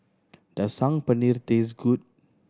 does Saag Paneer taste good